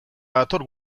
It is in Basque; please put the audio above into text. hator